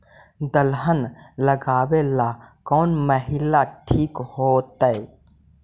दलहन लगाबेला कौन महिना ठिक होतइ?